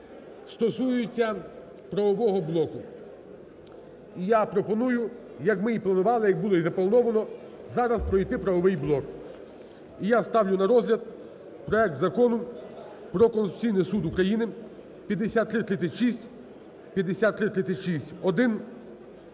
я пропоную, як ми і планували, як і було заплановано, зараз пройти правовий блок. І я ставлю на розгляд проект Закону про Конституційний Суд України, 5336,